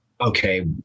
okay